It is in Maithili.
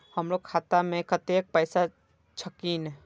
हमरो खाता में कतेक पैसा छकीन?